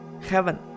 heaven